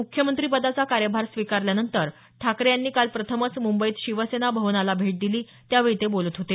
मुख्यमंत्रीपदाचा कार्यभार स्वीकारल्यानंतर ठाकरे यांनी काल प्रथमच मुंबईत शिवसेना भवनाला भेट दिली त्यावेळी ते बोलत होते